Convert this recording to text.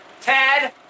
Ted